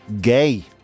gay